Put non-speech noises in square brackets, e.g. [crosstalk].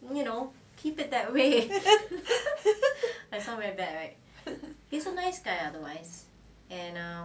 [laughs]